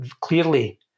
clearly